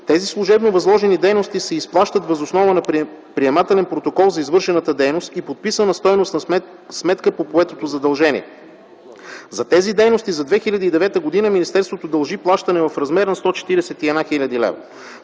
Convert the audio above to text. Тези служебно възложени дейности се изплащат въз основа на приемателен протокол за извършената дейност и подписана стойностна сметка по поетото задължение. За тези дейности за 2009 г. министерството дължи плащане в размер на 141 хил. лв.